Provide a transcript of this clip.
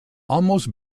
almost